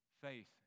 faith